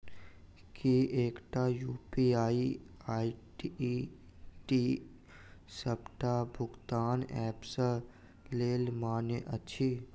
की एकटा UPI ID D सबटा भुगतान ऐप केँ लेल मान्य अछि?